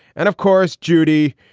and, of course, judy,